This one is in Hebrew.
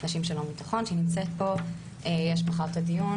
יש מחר דיון,